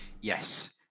Yes